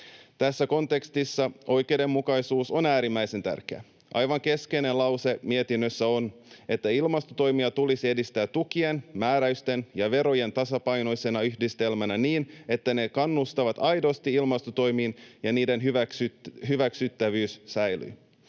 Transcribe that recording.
Tässä kontekstissa oikeudenmukaisuus on äärimmäisen tärkeä. Aivan keskeinen lause mietinnössä on, että ilmastotoimia tulisi edistää tukien, määräysten ja verojen tasapainoisena yhdistelmänä niin, että ne kannustavat aidosti ilmastotoimiin ja niiden hyväksyttävyys säilyy.